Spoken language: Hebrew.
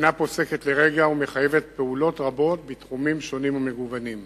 אינה פוסקת לרגע ומחייבת פעולות רבות בתחומים שונים ומגוונים.